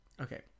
Okay